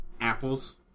Apples